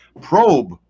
Probe